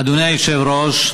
אדוני היושב-ראש,